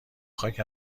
خاک